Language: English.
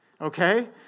okay